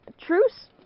Truce